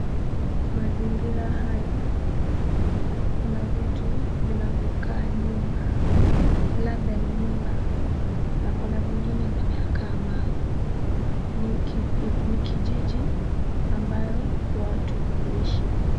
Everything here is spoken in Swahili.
Mazingira haya kuna vitu vinavyokaa nyumba labda ni nyumba na kuna vingine vinakaa mawe . Ni kijiji ambayo watu huishi .